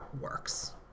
works